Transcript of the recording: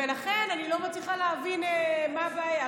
ולכן אני לא מצליחה להבין מה הבעיה.